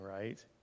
right